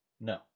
no